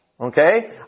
Okay